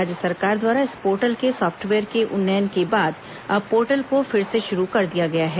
राज्य सरकार द्वारा इस पोर्टल के सॉफ्टवेयर के उन्नयन के बाद अब पोर्टल को फिर से शुरू कर दिया गया है